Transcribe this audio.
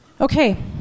Okay